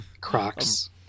Crocs